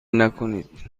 نکنید